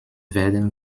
werden